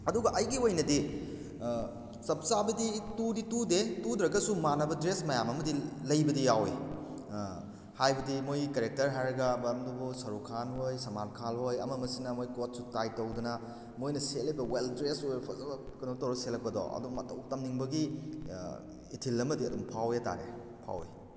ꯑꯗꯨꯒ ꯑꯩꯒꯤ ꯑꯣꯏꯅꯗꯤ ꯆꯞ ꯆꯥꯕꯗꯤ ꯇꯨꯗꯤ ꯇꯨꯗꯦ ꯇꯨꯗ꯭ꯔꯒꯁꯨ ꯃꯥꯟꯅꯕ ꯗ꯭ꯔꯦꯁ ꯃꯌꯥꯝ ꯑꯃꯗꯤ ꯂꯩꯕꯗꯤ ꯌꯥꯎꯏ ꯍꯥꯏꯕꯗꯤ ꯃꯣꯏ ꯀꯦꯔꯦꯛꯇꯔ ꯍꯥꯏꯔꯒ ꯁꯔꯨꯛ ꯈꯥꯟꯍꯣꯏ ꯁꯜꯃꯥꯟ ꯈꯥꯟꯍꯣꯏ ꯑꯃꯃꯁꯤꯅ ꯃꯣꯏ ꯀꯣꯠ ꯁꯨꯠ ꯇꯥꯏ ꯇꯧꯗꯅ ꯃꯣꯏꯅ ꯁꯦꯠꯂꯤꯕ ꯋꯦꯜ ꯗ꯭ꯔꯦꯁ ꯑꯣꯏꯔꯣ ꯐꯖꯕ ꯀꯩꯅꯣ ꯇꯧꯔ ꯁꯦꯠꯂꯛꯄꯗꯣ ꯑꯗꯨ ꯃꯇꯧ ꯇꯝꯅꯤꯡꯕꯒꯤ ꯏꯊꯤꯜ ꯑꯃꯗꯤ ꯑꯗꯨꯝ ꯐꯥꯎꯋꯦ ꯍꯥꯏ ꯇꯥꯔꯦ ꯐꯥꯎꯋꯦ